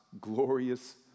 glorious